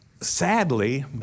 Sadly